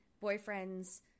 boyfriend's